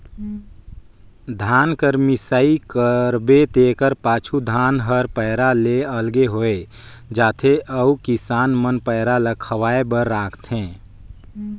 धान कर मिसाई करबे तेकर पाछू धान हर पैरा ले अलगे होए जाथे अउ किसान मन पैरा ल खवाए बर राखथें